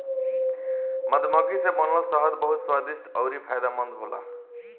मधुमक्खी से बनल शहद बहुत स्वादिष्ट अउरी फायदामंद होला